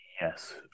Yes